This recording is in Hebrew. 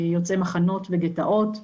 יוצאי מחנות וגטאות.